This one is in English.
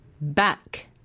Back